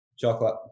chocolate